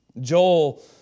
Joel